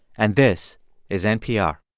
and this is npr